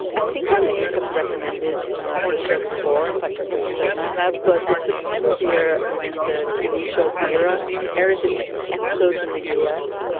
i think i may have recommended ah the show before. in fact, i'm pretty certain i have, but it's the time of year when the tv show viera ara's its episodes in the u s.